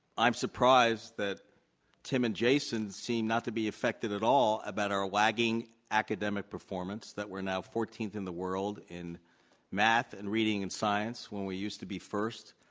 i am surprised that tim and jason seem not to be affected at all about our lagging academic performance, that we're now fourteenth in the world in math and reading and science when we used to be first,